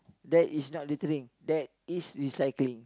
that is not littering that is recycling